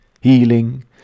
healing